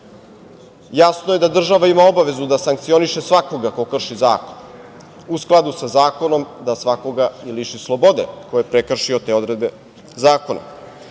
Jasno je da država ima obavezu da sankcioniše svakoga ko krši zakon, u skladu sa zakonom da svakoga i liši slobode ko je prekršio te odredbe zakona.